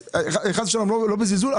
וחס ושלום אני לא מדבר בזלזול,